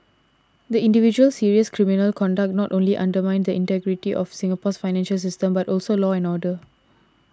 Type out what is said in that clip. the individual's serious criminal conduct not only undermined the integrity of Singapore's financial system but also law and order